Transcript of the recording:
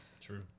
True